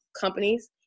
companies